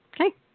Okay